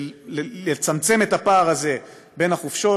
ולצמצם את הפער הזה בין החופשות.